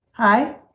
Hi